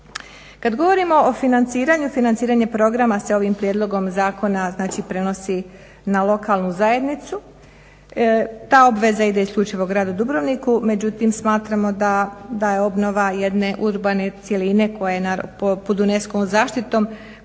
Kad govorimo o financiranju, financiranje programa se ovim prijedlogom zakona znači prenosi na lokalnu zajednicu. Ta obveza ide isključivo gradu Dubrovniku, međutim smatramo da je obnova jedne urbane cjeline koja je pod UNESCO-vom zaštitom